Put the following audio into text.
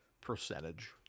percentage